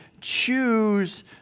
choose